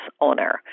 owner